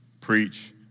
Preach